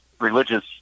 religious